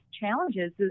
challenges